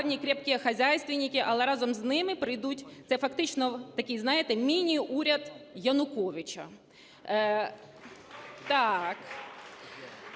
Так.